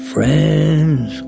Friends